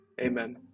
amen